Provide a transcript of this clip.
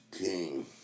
king